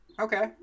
Okay